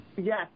Yes